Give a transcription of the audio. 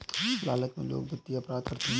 लालच में लोग वित्तीय अपराध करते हैं